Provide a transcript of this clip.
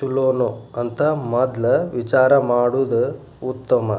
ಚುಲೊನೊ ಅಂತ ಮದ್ಲ ವಿಚಾರಾ ಮಾಡುದ ಉತ್ತಮಾ